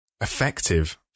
effective